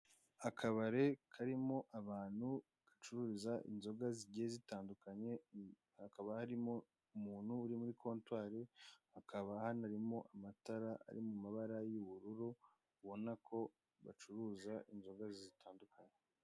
Akabare karimo abantu bacuruza inzoga zigiye zitandukanye, hakaba harimo umuntu uri muri kontwari hakaba hanarimo amatara ari mu mabara y'ubururu, ubona ko bacuruza inzoga zitandukanye.